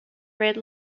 red